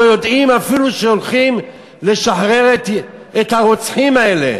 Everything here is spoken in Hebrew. לא יודעים אפילו שהולכים לשחרר את הרוצחים האלה?